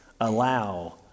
allow